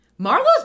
Marlo's